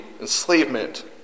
enslavement